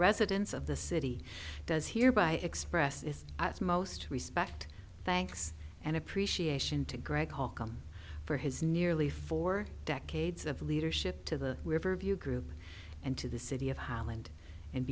residents of the city does here by express is at its most respect thanks and appreciation to greg hall come for his nearly four decades of leadership to the river view group and to the city of holland and